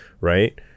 right